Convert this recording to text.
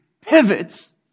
pivots